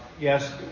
yes